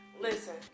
Listen